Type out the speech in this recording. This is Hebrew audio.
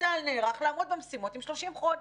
צה"ל נערך לעמוד במשימות עם 30 חודש,